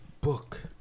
book